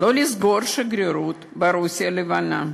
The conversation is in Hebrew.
לא לסגור את השגרירות ברוסיה הלבנה.